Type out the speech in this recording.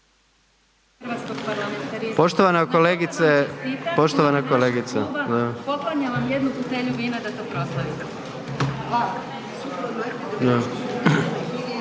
Poštovane kolegice, poštovani kolege,